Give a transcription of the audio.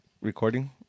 recording